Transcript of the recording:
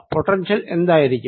potential എന്തായിരിക്കും